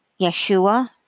Yeshua